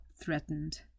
threatened